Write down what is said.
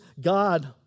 God